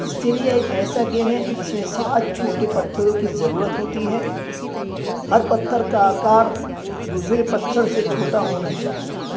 استلیا ایک ایسا گیم ہے جس میں سات چھوٹے پتھروں کی ضرورت ہوتی ہے ہر پتھر کا آکار دوسرے پتھر سے چھوٹا ہونا چاہیے